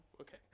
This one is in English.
okay